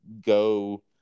go